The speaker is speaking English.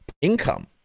income